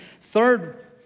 third